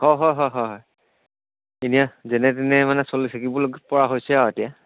অঁ হয় হয় হয় হয় এতিয়া যেনে তেনে মানে চলি থাকিবলৈপৰা হৈছে আৰু এতিয়া